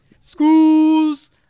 Schools